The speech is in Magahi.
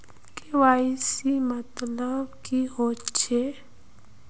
के.वाई.सी मतलब की होचए?